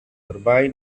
oramai